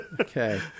Okay